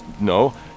No